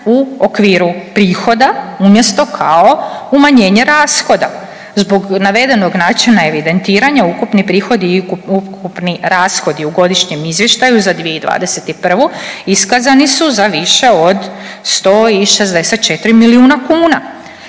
u okviru prihoda umjesto kao umanjenje rashoda. Zbog navedenog načina evidentiranja ukupni prihodi i ukupni rashodi u godišnjem izvještaju za 2021. iskazani su za više od 164 milijuna kuna.